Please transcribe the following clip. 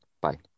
Bye